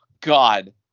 God